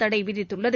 தடை விதித்துள்ளது